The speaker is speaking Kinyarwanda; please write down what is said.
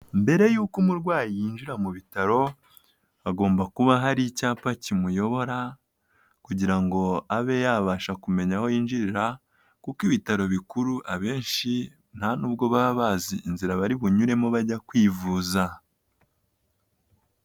Mbere yuko umurwayi yinjira mu bitaro, hagomba kuba hari icyapa kimuyobora kugira ngo abe yabasha kumenya aho yinjirira kuko ibitaro bikuru abenshi nta nubwo baba bazi inzira bari bunyuremo bajya kwivuza.